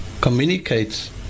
communicates